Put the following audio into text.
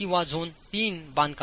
किंवा zone III बांधकाम